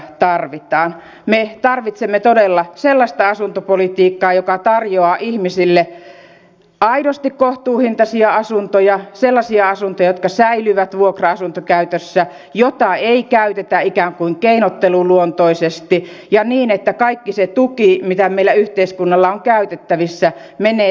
me tarvitsemme todella sellaista asuntopolitiikkaa joka tarjoaa ihmisille aidosti kohtuuhintaisia asuntoja sellaisia asuntoja jotka säilyvät vuokra asuntokäytössä joita ei käytetä ikään kuin keinotteluluontoisesti ja niin että kaikki se tuki mitä meillä yhteiskunnalla on käytettävissä menee täysimääräisesti asukkaalle